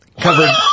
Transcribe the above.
Covered